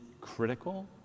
critical